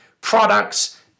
products